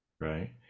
Right